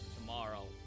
tomorrow